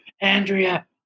Andrea